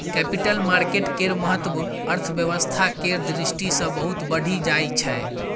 capital market केर महत्व अर्थव्यवस्था केर दृष्टि सँ बहुत बढ़ि जाइ छै